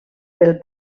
pel